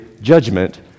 judgment